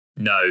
No